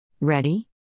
Ready